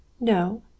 No